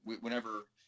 whenever